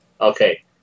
Okay